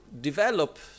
develop